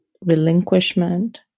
relinquishment